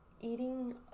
eating